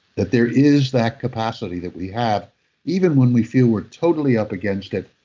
that there is that capacity that we have even when we feel we're totally up against it.